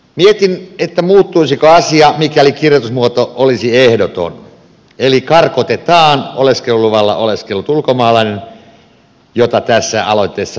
mietin muuttuisiko asia mikäli kirjoitusmuoto olisi ehdoton eli karkotetaan oleskeluluvalla oleskellut ulkomaalainen mitä tässä aloitteessa nyt peräänkuulutetaan